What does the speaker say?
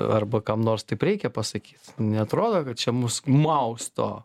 arba kam nors taip reikia pasakyt neatrodo kad čia mus mausto